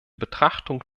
betrachtung